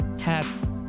hats